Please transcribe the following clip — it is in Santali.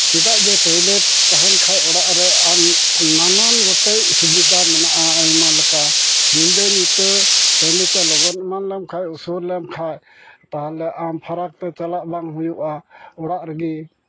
ᱪᱮᱫᱟᱜ ᱡᱮ ᱴᱚᱭᱞᱮᱴ ᱛᱟᱦᱮᱱ ᱠᱷᱟᱱ ᱚᱲᱟᱜ ᱨᱮ ᱟᱢ ᱱᱟᱱᱟᱱ ᱜᱚᱴᱮᱡ ᱥᱩᱵᱤᱫᱟ ᱢᱮᱱᱟᱜᱼᱟ ᱟᱭᱢᱟ ᱞᱮᱠᱟ ᱧᱤᱫᱟᱹᱼᱧᱩᱛᱟᱹ ᱴᱟᱺᱰᱤᱛᱮ ᱞᱚᱜᱚᱱ ᱧᱟᱢ ᱞᱮᱢ ᱠᱷᱟᱡ ᱩᱥᱩᱨ ᱞᱮᱢ ᱠᱷᱟᱡ ᱛᱟᱞᱦᱮ ᱟᱢ ᱨᱯᱷᱟᱨᱟᱠ ᱛᱮ ᱪᱟᱞᱟᱜ ᱵᱟᱝ ᱦᱩᱭᱩᱜᱼᱟ ᱚᱲᱟᱜ ᱨᱮᱜᱮ